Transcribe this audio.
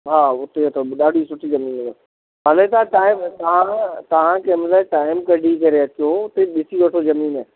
हा वठी वञो ॾाढी सुठी ज़मीन अथव हाणे त टाइम टाइम आहे तव्हां टाइम कढी करे अचो उते ॾिसी वठो ज़मीन